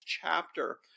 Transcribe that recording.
chapter